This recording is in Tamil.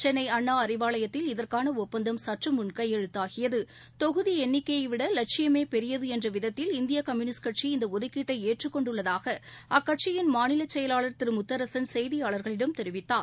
சென்னை அண்ணா அறிவாலயத்தில் இதற்கான ஒப்பந்தம் சற்றுமுள் கையெழுத்தாகியது தொகுதி எண்ணிக்கையை விட வட்சியமே பெரியது என்ற விதத்தில் இந்திய கம்யூனிஸ்ட் கட்சி இந்த ஒதுக்கீட்டை ஏற்றுக்கொண்டுள்ளதாக அக்கட்சியின் மாநிலச்செயவாளர் திரு முத்தரசன் செய்தியாளர்களிடம் தெரிவித்தார்